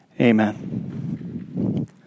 Amen